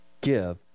give